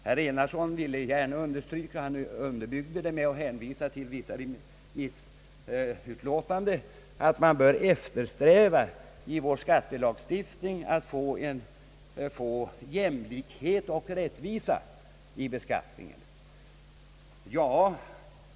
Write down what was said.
Herr Enarsson ville gärna understryka — han underbyggde det med att hänvisa till vissa remissutlåtanden — att man i skattelagstiftningen bör eftersträva att få jämlikhet och rättvisa i beskattningen.